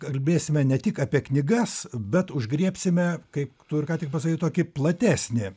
kalbėsime ne tik apie knygas bet užgriebsime kaip tu ir ką tik pasakei tokį platesnį